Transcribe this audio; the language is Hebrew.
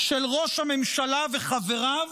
של ראש הממשלה וחבריו